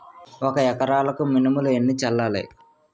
ఒక ఎకరాలకు మినువులు ఎన్ని చల్లాలి?